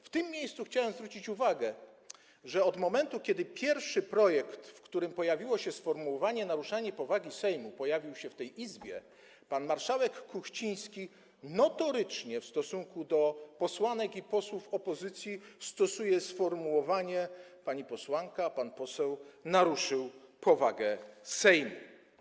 W tym miejscu chciałem zwrócić uwagę, że od momentu, kiedy pierwszy projekt, w którym znajdowało się sformułowanie: naruszenie powagi Sejmu, pojawił się w tej Izbie, pan marszałek Kuchciński notorycznie w stosunku do posłanek i posłów opozycji stosuje sformułowanie: pani posłanka naruszyła, pan poseł naruszył powagę Sejmu.